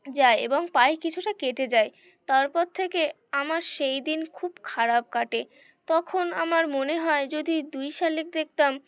যায় এবং পায়ে কিছুটা কেটে যায় তারপর থেকে আমার সেই দিন খুব খারাপ কাটে তখন আমার মনে হয় যদি দুই শালিক দেখতাম